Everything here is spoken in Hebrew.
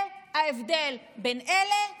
זה ההבדל בין אלה לאלה.